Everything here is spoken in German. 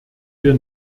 wir